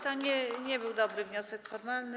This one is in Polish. To nie był dobry wniosek formalny.